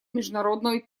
международной